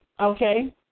Okay